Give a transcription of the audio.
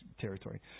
territory